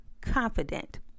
confident